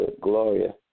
Gloria